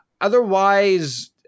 Otherwise